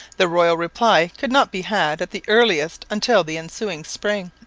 the royal reply could not be had at the earliest until the ensuing spring